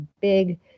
big